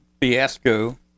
fiasco